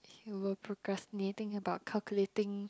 you were procrastinating about calculating